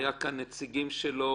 היו כאן נציגים שלו,